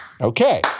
Okay